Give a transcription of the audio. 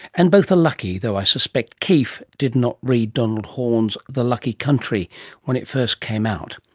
and both are lucky, though i suspect keef did not read donald horne's the lucky country when it first came out.